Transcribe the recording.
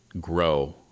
grow